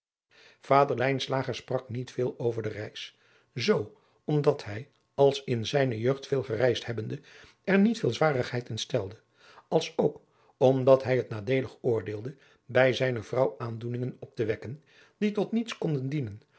lijnslager sprak niet veel over de reis zoo omdat hij als in zijne jeugd veel gereisd hebbende er niet veel zwarigheid in stelde als ook omdat hij het nadeelig oordeelde bij zijne vrouw aandoeningen op te wekken die tot niets konden dienen